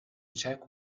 check